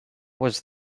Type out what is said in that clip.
was